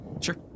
Sure